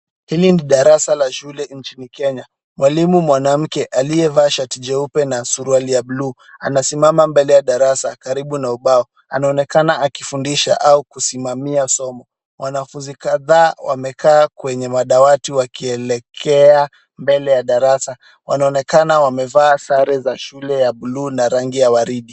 Hili ni darasa la shule nchini Kenya. Mwalimu mwanamke aliyevaa shati jeupe na suruali ya blue anasimama mbele ya darasa karibu na ubao. Anaonekana akifundisha au kusimamia somo. Wanafunzi kadhaa wamekaa kwenye madawati wakielekea mbele ya darasa. Wanaonekana wamevaa sare za shule ya blue na rangi ya waridi.